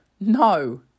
No